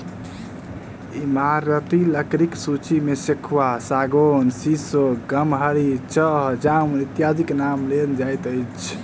ईमारती लकड़ीक सूची मे सखुआ, सागौन, सीसो, गमहरि, चह, जामुन इत्यादिक नाम लेल जाइत अछि